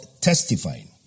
testifying